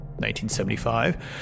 1975